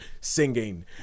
singing